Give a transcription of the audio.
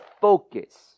focus